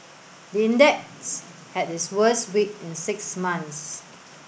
the index had its worst week in six months